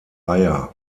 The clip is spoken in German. eier